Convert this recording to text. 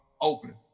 open